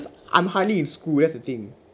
I'm hardly in school that's the thing